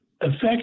affect